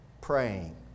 praying